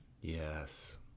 Yes